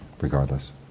regardless